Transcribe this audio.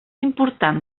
important